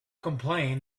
complain